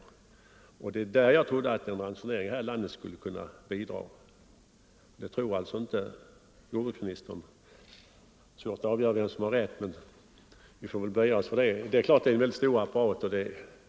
Det var alltså därvidlag jag trodde att en ransonering här i landet skulle ha kunnat bidra till en ändring av förhållandena, men det tror alltså inte jordbruksministern. Det är svårt att avgöra vem som har rätt, och vi får väl tills vidare böja oss för detta. Det är klart att det är väldigt stora krav.